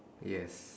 yes